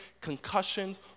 concussions